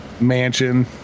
mansion